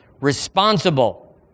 responsible